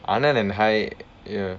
anand and I ya